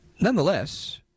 Nonetheless